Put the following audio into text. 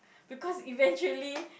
because eventually